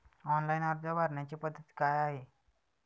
Online अर्ज भरण्याची पद्धत काय आहे?